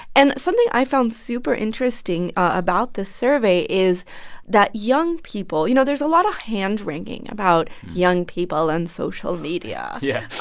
and something i found super interesting about this survey is that young people you know, there's a lot of hand-wringing about young people and social media yeah.